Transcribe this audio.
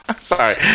Sorry